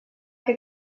que